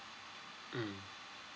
mm